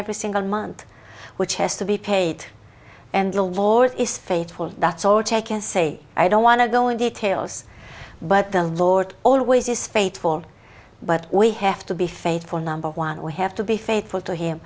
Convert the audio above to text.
every single month which has to be paid and the lord is faithful that's all taken say i don't want to go in details but the lord always is faithful but we have to be faithful number one we have to be faithful to him